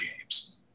games